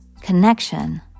connection